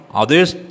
others